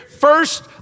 first